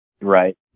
right